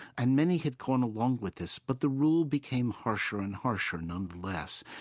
and many had gone along with this. but the rule became harsher and harsher nonetheless.